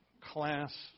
class